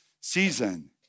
season